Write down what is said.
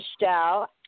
Michelle